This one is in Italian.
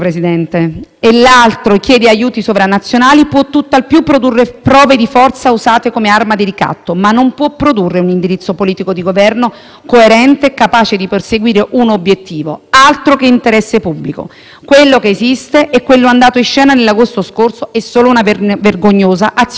ma non può produrre un indirizzo politico di Governo coerente e capace di perseguire un obiettivo. Altro che interesse pubblico: quello andato in scena nell'agosto scorso è solo una vergognosa azione di propaganda irresponsabile che il nostro Ministro dell'interno ha fatto pagare a uomini, donne e minori,